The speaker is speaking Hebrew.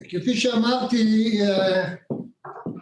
כפי שאמרתי